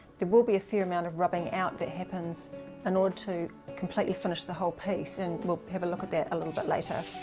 there will be a far amount of rubbing out that happens in order to completely finish the whole piece, and we'll have a look at that a little bit later.